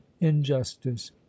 injustice